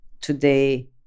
today